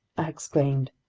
i exclaimed.